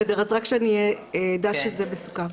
רק שאדע שזה מסוכם.